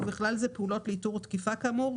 ובכלל זה פעולות לאיתור תקיפה כאמור,